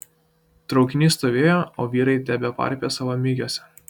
traukinys stovėjo o vyrai tebeparpė savo migiuose